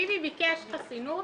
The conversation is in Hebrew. ביבי ביקש חסינות,